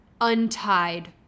untied